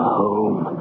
home